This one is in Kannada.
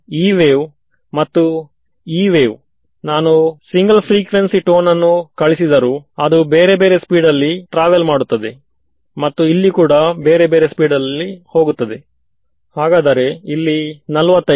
ಉದಾಹರಣೆಗೆ ಇವಾಗಲೆ ಎಕ್ಸ್ಪ್ರೆಷನ್ ಅನ್ನು ನಾವು ಹಲವು ಬಾರಿ ಲೆಕ್ಕಾಚಾರ ಮಾಡಿದ್ದೇವೆ ಫೀಲ್ಡ್ ಅದು ಹೈಗನ್ಸ್ ತತ್ವದ ಪ್ರಕಾರ r